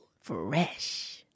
fresh